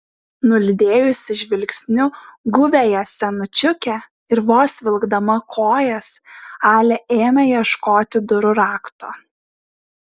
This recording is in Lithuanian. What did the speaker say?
nulydėjusi žvilgsniu guviąją senučiukę ir vos vilkdama kojas alia ėmė ieškoti durų rakto